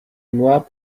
mois